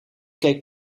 keek